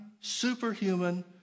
superhuman